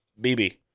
BB